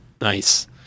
Nice